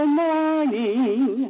morning